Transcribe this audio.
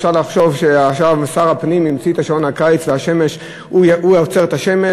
אפשר לחשוב שהוא המציא את השמש, המציא את השעון.